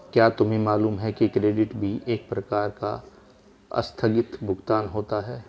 क्या तुम्हें मालूम है कि क्रेडिट भी एक प्रकार का आस्थगित भुगतान होता है?